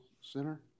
center